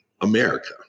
America